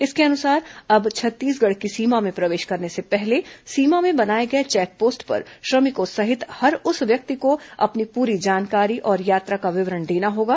इसके अनुसार अब छत्तीसगढ़ की सीमा में प्रवेश करने से पहले सीमा में बनाए गए चेकपोस्ट पर श्रमिकों सहित हर उस व्यक्ति को अपनी पूरी जानकारी और यात्रा विवरण देना होगा